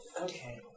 Okay